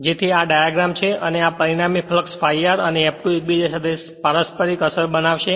જેથી આ ડાયગ્રામ છે અને પરિણમી ફ્લક્ષ ∅r અને F2 એકબીજા સાથે પારસ્પરીક અસર બનાવશે